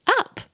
up